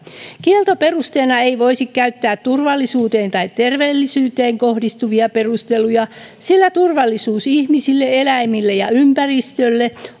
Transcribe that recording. kieltoperusteena ei voisi käyttää turvallisuuteen tai terveellisyyteen kohdistuvia perusteluja sillä turvallisuus ihmisille eläimille ja ympäristölle